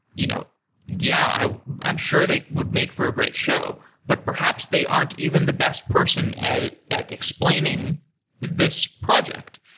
you know yeah, i'm i'm sure they would make for a great show. but perhaps they aren't even the best person at at explaining this project.